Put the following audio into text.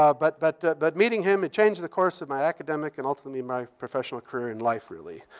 um. but but but meeting him, it changed the course of my academic and, ultimately, my professional career and life, really.